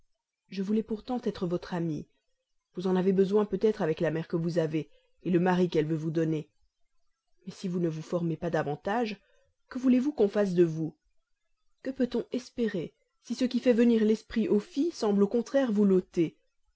je voulais pourtant être votre amie vous en avez besoin peut-être avec la mère que vous avez le mari qu'elle veut vous donner mais si vous ne vous formez pas davantage que voulez-vous qu'on fasse de vous que peut-on en espérer si ce qui fait venir l'esprit aux filles semble au contraire vous l'ôter